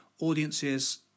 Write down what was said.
audiences